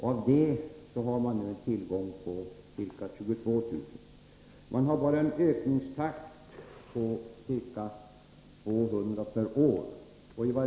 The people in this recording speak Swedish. Man har nu en tillgång på ca 22 000. Ökningstakten är bara ca 200 per år.